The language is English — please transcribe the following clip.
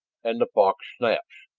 and the fox snaps!